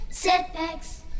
Setbacks